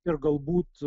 ir galbūt